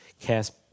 Cast